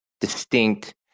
distinct